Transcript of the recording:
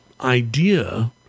idea